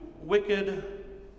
wicked